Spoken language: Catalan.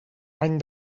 any